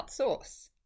outsource